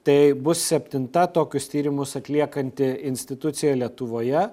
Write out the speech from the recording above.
tai bus septinta tokius tyrimus atliekanti institucija lietuvoje